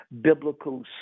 biblical